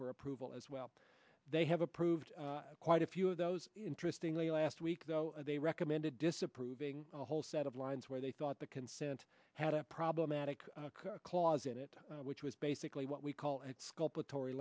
for approval as well they have approved quite a few of those interesting late last week though they recommended disapproving a whole set of lines where they thought the consent had a problematic clause in it which was basically what we call it sculpted tori